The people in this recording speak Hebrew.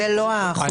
זו לא החוליה.